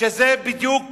זה בדיוק